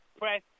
press